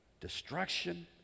destruction